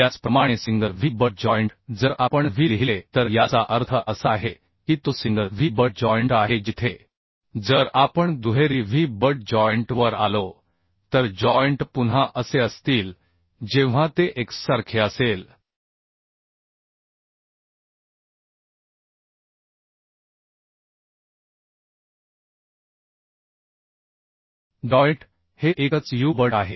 त्याचप्रमाणे single V butt joint जर आपण व्ही लिहिले तर याचा अर्थ असा आहे की तो सिंगल व्ही बट जॉइंट आहे जिथे जर आपण दुहेरी व्ही बट जॉइंट वर आलो तर जॉइंट पुन्हा असे असतील जेव्हा ते एक्ससारखे असेल जॉइंट हे एकच यू बट आहे